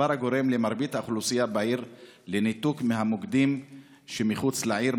דבר הגורם למרבית האוכלוסייה בעיר לניתוק מהמוקדים שמחוץ לעיר,